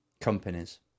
companies